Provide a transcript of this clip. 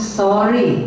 sorry